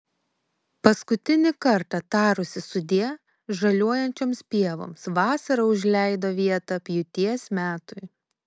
paskutinį kartą tarusi sudie žaliuojančioms pievoms vasara užleido vietą pjūties metui